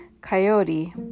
Coyote